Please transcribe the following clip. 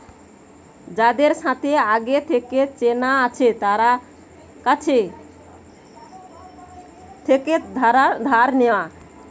যাদের সাথে আগে থেকে চেনা আছে তার কাছ থেকে ধার নেওয়া